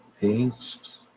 paste